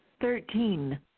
Thirteen